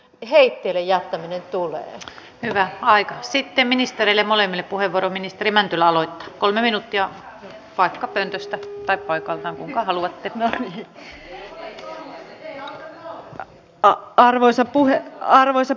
ne heitteille jättäminen tulee hyvä aika sitten ministereille malevin puheenvuoro ministeri mäntylä aloitti kolme minuuttia tämän avulla saamme tasavertaiset oppimismateriaalit oppilaiden käyttöön eri kouluissa